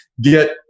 get